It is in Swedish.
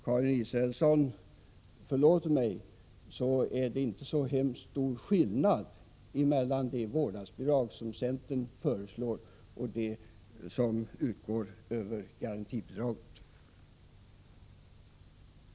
Det är inte så hemskt stor skillnad mellan det vårdnadsbidrag som centern föreslår och den ersättning som utgår över garantibidraget, om Karin Israelsson förlåter mig.